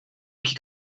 kick